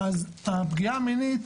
אז הפגיעה המינית